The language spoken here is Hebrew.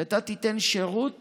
שאתה תיתן שירות